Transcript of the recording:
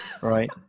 right